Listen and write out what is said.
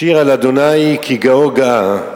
אשירה לה' כי גאׂה גאה.